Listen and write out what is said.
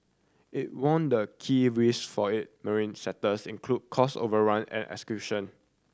it warned the key risk for it marine sectors include cost overrun and execution